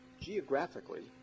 Geographically